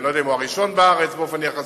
אני לא יודע אם הוא הראשון בארץ באופן יחסי,